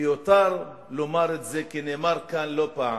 מיותר לומר את זה, כי נאמר כאן לא פעם: